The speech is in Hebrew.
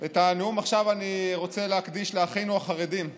את הנאום עכשיו אני רוצה להקדיש לאחינו החרדים.